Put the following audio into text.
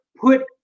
put